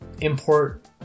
import